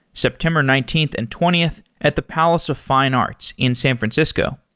september nineteenth and twentieth at the palace of fine arts in san francisco.